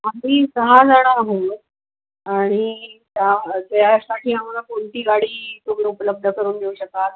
आम्ही सहाजणं आहोत आणि त्या त्यासाठी आम्हाला कोणती गाडी तुम्ही उपलब्ध करून देऊ शकाल